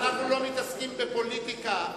אנחנו לא מתעסקים בפוליטיקה,